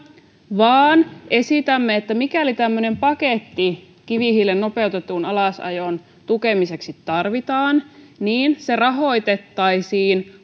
vaan esitämme että mikäli tämmöinen paketti kivihiilen nopeutetun alasajon tukemiseksi tarvitaan niin se rahoitettaisiin